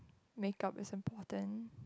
makeup is important